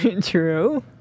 True